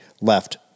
left